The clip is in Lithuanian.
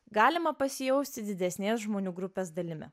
galima pasijausti didesnės žmonių grupės dalimi